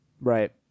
Right